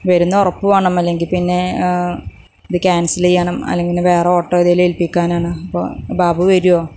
വരുമെന്ന് ഒറപ്പ് വേണം അല്ലെങ്കിൽ പിന്നെ ഇത് ക്യാൻസൽ ചെയ്യണം അല്ലെങ്കില് വേറെ ഓട്ടോ ഏതേലും ഏൽപ്പിക്കാനാണ് അപ്പോൾ ബാബു വരുമോ